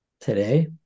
today